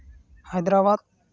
Hyderabad